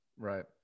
Right